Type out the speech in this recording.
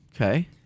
Okay